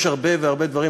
יש הרבה והרבה דברים,